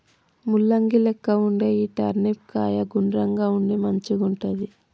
ముల్లంగి లెక్క వుండే ఈ టర్నిప్ కాయ గుండ్రంగా ఉండి మంచిగుంటది